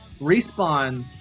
Respawn